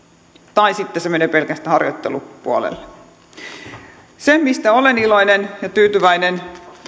tai sitten se menee pelkästään harjoittelupuolelle siitä olen iloinen ja tyytyväinen